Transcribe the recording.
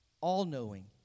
all-knowing